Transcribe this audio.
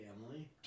Family